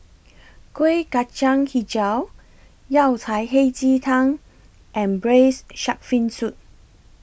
Kueh Kacang Hijau Yao Cai Hei Ji Tang and Braised Shark Fin Soup